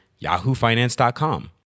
yahoofinance.com